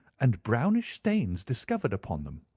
and brownish stains discovered upon them.